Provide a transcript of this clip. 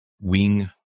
wing